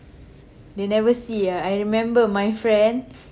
they never see ah I remember my friend